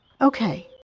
Okay